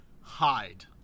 Hide